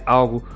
algo